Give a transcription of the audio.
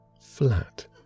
flat